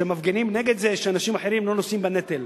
שמפגינים נגד זה שאנשים אחרים לא נושאים בנטל.